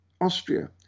Austria